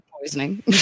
poisoning